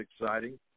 exciting